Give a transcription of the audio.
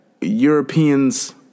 Europeans